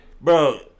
bro